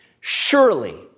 Surely